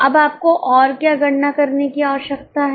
अब आपको और क्या गणना करने की आवश्यकता है